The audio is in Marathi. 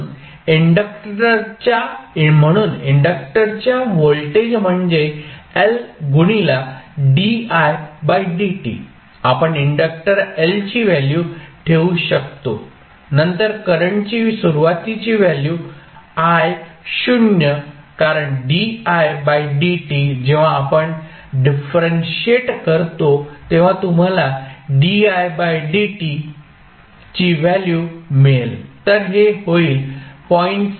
म्हणून इंडक्टरच्या व्होल्टेज म्हणजे L गुणीले di बाय dt आपण इंडक्टर L ची व्हॅल्यू ठेवू शकतो नंतर करंट ची सुरुवातीची व्हॅल्यू I शून्य कारण di बाय dt जेव्हा आपण डिफरंशिएट करतो तेव्हा तुम्हाला di बाय dt ची व्हॅल्यू मिळेल तर हे होईल 0